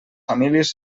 famílies